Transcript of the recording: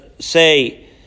Say